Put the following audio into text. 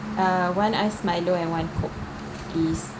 ah one ice milo and one coke please